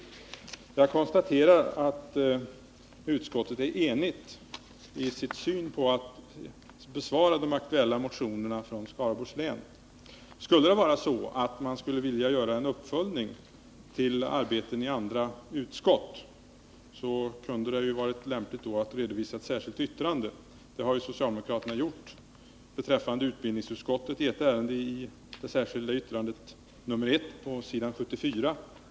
Jag konstaterar att utskottet är enigt i sitt svar på de aktuella motionerna från Skaraborgs län. Skulle det vara så att man vill göra en uppföljning när det gäller arbetet i andra utskott kunde det ha varit lämpligt att redovisa detta i ett särskilt yttrande. Det har ju socialdemokraterna gjort beträffande utbildningsutskottet — jag syftar på det särskilda yttrandet nr 1 på s. 74.